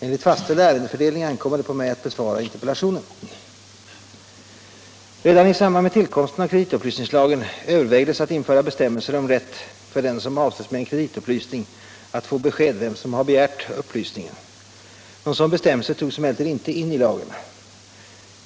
Enligt fastställd ärendefördelning ankommer det på mig att besvara interpellationen. Redan i samband med tillkomsten av kreditupplysningslagen övervägdes att införa bestämmelser om rätt för den som avses med en kreditupplysning att få besked om vem som har begärt upplysningen. Någon sådan bestämmelse togs emellertid inte in i lagen.